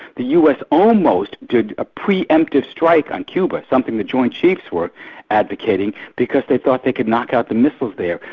the us almost did a pre-emptive strike on cuba, something the joint chiefs were advocating, because they thought they could knock out the missiles there.